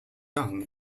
young